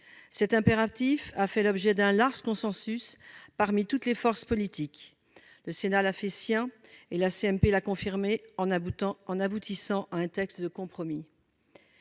Cet impératif a fait l'objet d'un large consensus parmi toutes les forces politiques. Le Sénat l'a fait sien, et la commission mixte paritaire l'a confirmé, en aboutissant à un texte de compromis.